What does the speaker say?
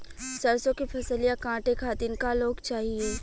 सरसो के फसलिया कांटे खातिन क लोग चाहिए?